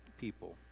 people